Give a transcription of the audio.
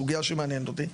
סוגייה שמעניינת אותי.